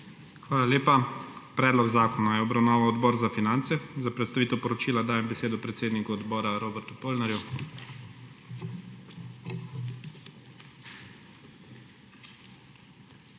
Hvala lepa. Predlog zakona je obravnaval Odbor za finance. Za predstavitev poročila dajem besedo predsedniku odbora Robertu Polnarju.